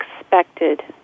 expected